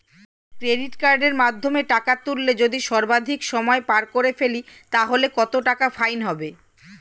Credit কার্ডের মাধ্যমে টাকা তুললে যদি সর্বাধিক সময় পার করে ফেলি তাহলে কত টাকা ফাইন হবে?